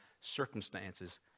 circumstances